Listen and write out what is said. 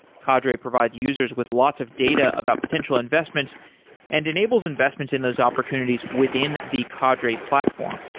cadre provides users with lots of data about potential investments and enables investments in those opportunities within the cadre platform.